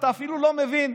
אתה אפילו לא מבין,